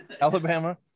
Alabama